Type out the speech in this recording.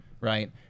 right